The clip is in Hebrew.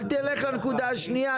אל תלך לנקודה השנייה,